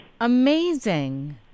Amazing